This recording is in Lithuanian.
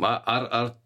a ar ar